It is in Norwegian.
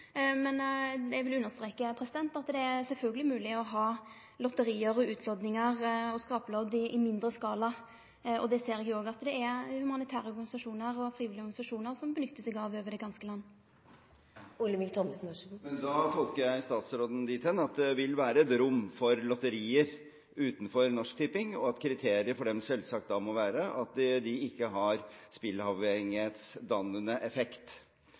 men eg vil understreke at det sjølvsagt er mogleg å ha lotteri, utloddingar og skraplodd i mindre skala. Det ser eg òg at det er humanitære organisasjonar og frivillige organisasjonar som benyttar seg av over heile landet. Men da tolker jeg statsråden dit hen at det vil være et rom for lotterier utenfor Norsk Tipping, og at kriteriet for dem selvsagt da må være at de ikke har spilleavhengighetsdannende effekt.